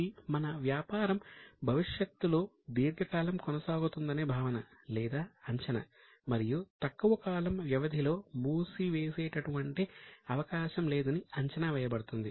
ఇది మన వ్యాపారం భవిష్యత్తులో దీర్ఘకాలం కొనసాగుతుందనే భావన లేదా అంచనా మరియు తక్కువ కాలం వ్యవధిలో మూసివేసేటటువంటి అవకాశం లేదని అంచనా వేయబడుతుంది